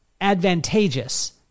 advantageous